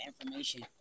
information